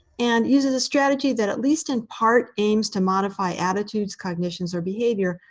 and is it a strategy that at least, in part, aims to modify attitudes, cognitions, or behavior,